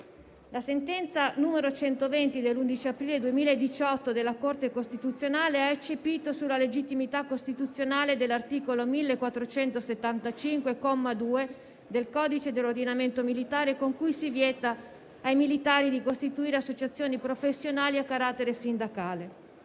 La sentenza n. 120 dell'11 aprile 2018 della Corte Costituzionale ha eccepito sulla legittimità costituzionale dell'articolo 1475, comma 2, del codice dell'ordinamento militare, con cui si vietava ai militari di costituire associazioni professionali a carattere sindacale.